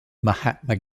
mahatma